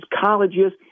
colleges